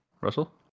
Russell